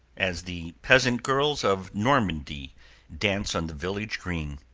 as the peasant girls of normandy dance on the village green.